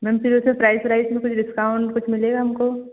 ma'am फिर उसके price ओराइस में कुछ डिस्काउंट कुछ मिलेगा हमको